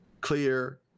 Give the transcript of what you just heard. clear